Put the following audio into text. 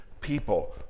people